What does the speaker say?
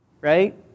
Right